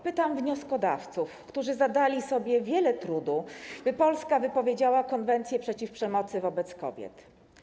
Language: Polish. Pytam wnioskodawców, którzy zadali sobie wiele trudu, by Polska wypowiedziała konwencję przeciw przemocy wobec kobiet.